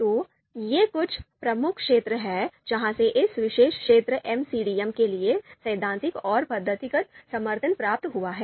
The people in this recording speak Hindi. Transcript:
तो ये कुछ प्रमुख क्षेत्र हैं जहां से इस विशेष क्षेत्र एमसीडीएम के लिए सैद्धांतिक और पद्धतिगत समर्थन प्राप्त हुआ है